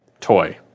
toy